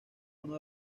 uno